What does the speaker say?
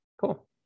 Cool